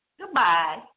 Goodbye